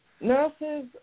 Nurses